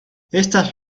éstas